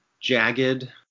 jagged